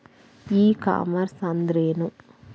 E commerce ಅಂದ್ರೇನು?